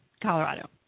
Colorado